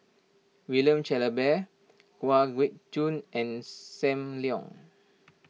William Shellabear Kwa Geok Choo and Sam Leong